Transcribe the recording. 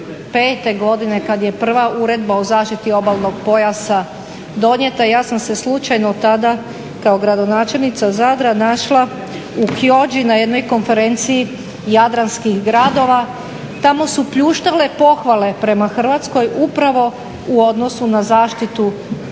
2005. godine kad je prva Uredba o zaštiti obalnog pojasa donijeta ja sam se slučajno tada kao gradonačelnica Zadra našla u … /Govornica se ne razumije./… na jednoj konferenciji jadranskih gradova, tamo su pljuštale pohvale prema Hrvatskoj upravo u odnosu na zaštitu